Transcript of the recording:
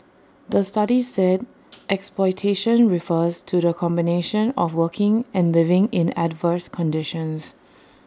the study said exploitation refers to the combination of working and living in adverse conditions